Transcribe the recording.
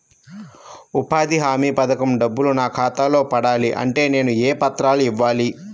ఉపాధి హామీ పథకం డబ్బులు నా ఖాతాలో పడాలి అంటే నేను ఏ పత్రాలు ఇవ్వాలి?